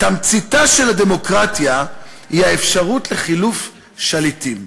"תמציתה של הדמוקרטיה היא האפשרות לחילוף שליטים.